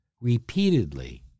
repeatedly